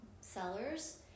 sellers